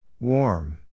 Warm